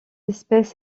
espèce